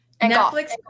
Netflix